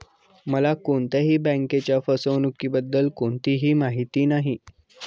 मला कोणत्याही बँकेच्या फसवणुकीबद्दल कोणतीही माहिती नाही